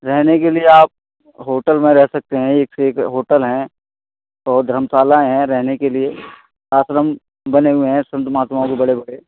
रहने के लिए आप होटल में रह सकते हैं एक से एक होटल हैं और धर्मशाला हैं रहने के लिए आश्रम बने हुए हैं संत महात्माओं के बड़े बड़े